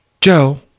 Joe